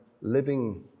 living